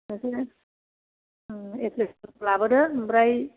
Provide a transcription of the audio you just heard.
बिदिनो एफ्लिखेसन लाबोदो ओमफ्राय